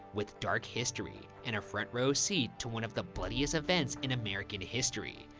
with dark history and a front-row seat to one of the bloodiest events in american history,